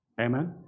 Amen